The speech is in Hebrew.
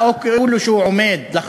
גם כאן מבקר המדינה מפנה את תשומת לבנו